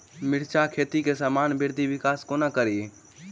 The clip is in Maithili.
मिर्चा खेती केँ सामान्य वृद्धि विकास कोना करि?